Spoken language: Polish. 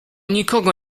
nikogo